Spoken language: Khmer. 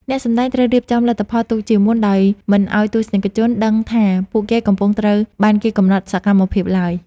អ្នកសម្តែងត្រូវរៀបចំលទ្ធផលទុកជាមុនដោយមិនឱ្យទស្សនិកជនដឹងថាពួកគេកំពុងត្រូវបានគេកំណត់សកម្មភាពឡើយ។